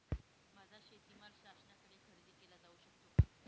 माझा शेतीमाल शासनाकडे खरेदी केला जाऊ शकतो का?